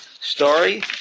story